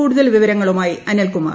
കൂടുതൽ വിവരങ്ങളുമായി അനിൽ കുമാർ